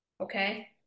Okay